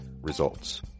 Results